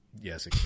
Yes